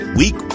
week